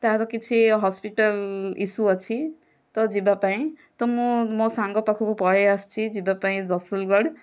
ତା'ର କିଛି hospital issue ଅଛି ତ ଯିବା ପାଇଁ ତ ମୁଁ ମୋ ସାଙ୍ଗ ପାଖକୁ ପଳାଇଆସିଛି ଯିବା ପାଇଁ ରସୁଲଗଡ଼